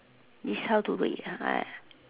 is how to read ah I